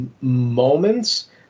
moments